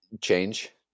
Change